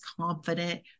confident